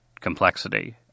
complexity